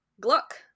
gluck